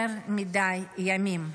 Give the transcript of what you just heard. יותר מדי ימים.